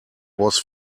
was